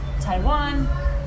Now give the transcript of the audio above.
Taiwan